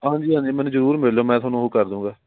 ਹਾਂਜੀ ਹਾਂਜੀ ਮੈਨੂੰ ਜ਼ਰੂਰ ਮਿਲ ਲਿਓ ਮੈਂ ਤੁਹਾਨੂੰ ਉਹ ਕਰ ਦੂਗਾ